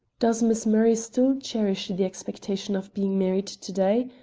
does miss murray still cherish the expectation of being married to-day?